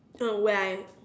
so when I